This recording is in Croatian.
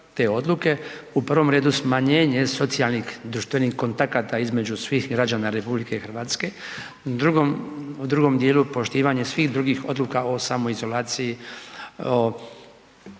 u prvom redu smanjenje socijalnih društvenih kontakata između svih građana Republike Hrvatske, u drugom dijelu poštivanje svih drugih odluka o samoizolaciji, o